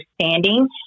understanding